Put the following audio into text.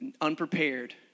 unprepared